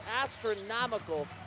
astronomical